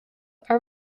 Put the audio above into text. are